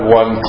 one